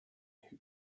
who